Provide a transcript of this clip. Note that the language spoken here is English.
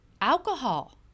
Alcohol